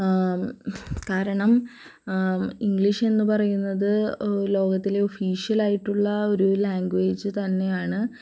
കാരണം ഇംഗ്ലീഷ് എന്ന് പറയുന്നത് ലോകത്തിലെ ഒഫീഷ്യൽ ആയിട്ടുള്ള ഒരു ലാംഗ്വേജ് തന്നെയാണ്